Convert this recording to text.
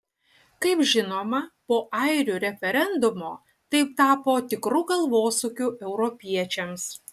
kaip žinoma po airių referendumo tai tapo tikru galvosūkiu europiečiams